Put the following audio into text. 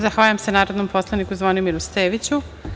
Zahvaljujem se narodnom poslaniku Zvonimiru Steviću.